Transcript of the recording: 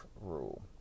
rule